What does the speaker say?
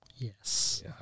Yes